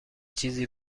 چیزی